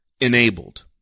Enabled